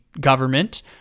government